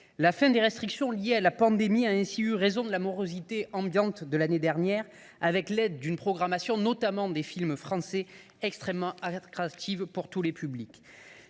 La fin des restrictions liées à la pandémie a ainsi eu raison de la morosité ambiante de l’année dernière, avec l’aide d’une programmation, notamment de films français, fortement attractive pour tous les publics.